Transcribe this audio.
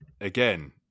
again